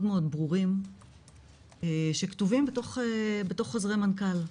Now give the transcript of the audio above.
מאוד ברורים שכתובים בתוך חוזרי מנכ"ל,